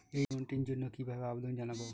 এই লোনটির জন্য কিভাবে আবেদন জানাবো?